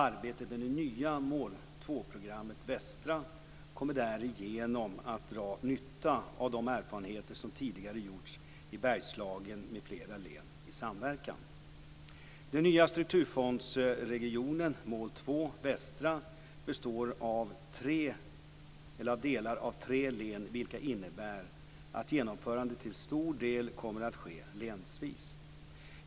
Arbetet med det nya mål 2-programmet Västra kommer därigenom att dra nytta av de erfarenheter som tidigare gjorts i Den nya strukturfondsregionen mål 2 Västra består av delar av tre län, vilket innebär att genomförandet till stor del kommer att ske länsvis.